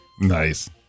Nice